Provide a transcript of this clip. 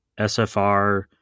SFR